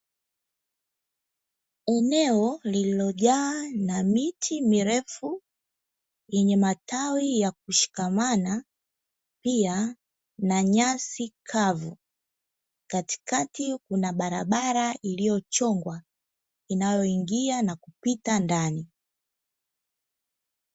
Eneo lililojaa na miti mirefu yenye matawi ya kushikamana pia na nyasi kavu. katikati kuna barabara iliyochongwa inayoingia na kupita ndani.